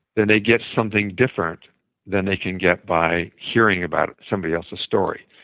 then they get something different than they can get by hearing about somebody else's story.